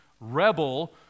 rebel